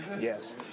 yes